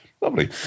Lovely